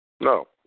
No